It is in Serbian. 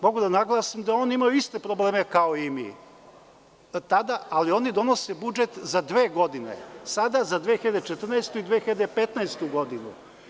Mogu da naglasim da oni imaju iste probleme kao i mi, ali oni donose budžet za dve godine, sada za 2014. i 2015. godinu.